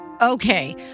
Okay